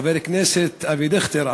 חבר הכנסת אבי דיכטר,